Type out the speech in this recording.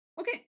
Okay